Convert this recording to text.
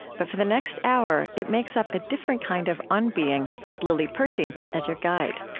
but for the next hour, it makes up a different kind of on being, with lily percy as your guide